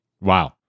Wow